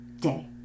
day